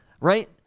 Right